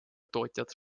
tootjad